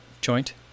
joint